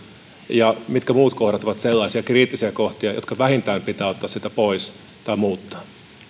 ja mitkä muut kohdat ovat sellaisia kriittisiä kohtia jotka vähintään pitää ottaa siitä pois tai muuttaa